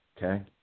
Okay